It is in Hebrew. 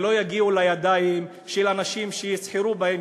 ולא יגיעו לידיים של אנשים שיסחרו בהם,